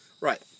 Right